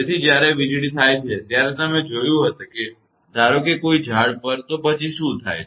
તેથી જ્યારે વીજળી થાય છે ત્યારે તમે જોયું હશે ધારો કે કોઈ ઝાડ પર તો પછી શું થાય છે